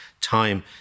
time